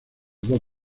dos